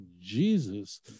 Jesus